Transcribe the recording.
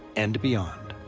and beyond.